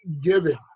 giving